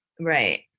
Right